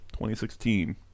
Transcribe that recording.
2016